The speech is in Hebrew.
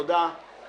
ירים את ידו.